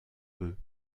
peu